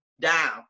down